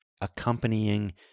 accompanying